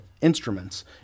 instruments